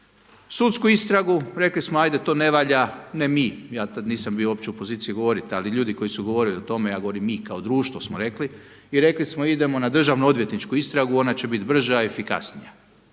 sudsku istragu, rekli smo, 'ajde to ne valja, ne mi, ja tada nisam bio uopće u poziciji govoriti ali ljudi koji su govorili o tome, ja govorim mi kao društvo smo rekli. I rekli smo idemo na državno odvjetničku istragu, ona će biti brža i efikasnija.